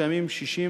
קיימים 67